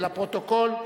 לפרוטוקול,